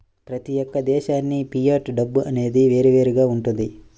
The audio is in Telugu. ప్రతి యొక్క దేశానికి ఫియట్ డబ్బు అనేది వేరువేరుగా వుంటది